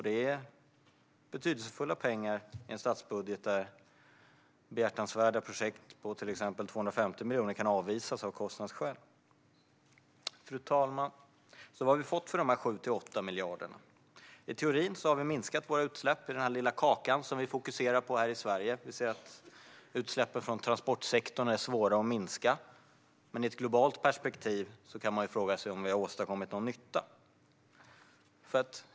Det är betydelsefulla pengar i en statsbudget där behjärtansvärda projekt på till exempel 250 miljoner kan avvisas av kostnadsskäl. Fru talman! Vad har vi fått för dessa 7-8 miljarder? I teorin har vi minskat våra utsläpp i den lilla kaka som vi fokuserar på här i Sverige. Vi ser att utsläppen från transportsektorn är svåra att minska. Men i ett globalt perspektiv kan man fråga sig om vi har åstadkommit någon nytta.